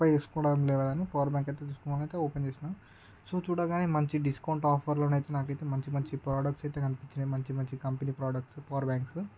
తీసుకోవడం లేదు కానీ పవర్ బ్యాంక్ అయితే తీసుకోవడానికి అయితే ఓపెన్ చేసిన సో చూడగానే మంచి డిస్కౌంట్ ఆఫర్లు ఉన్నాయి నాకు అయితే మంచి మంచి ప్రొడక్ట్స్ అయితే కనిపించినాయి మంచి మంచి కంపెనీ ప్రొడక్ట్సు పవర్ బ్యాంక్స్